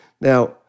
Now